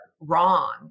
wrong